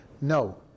no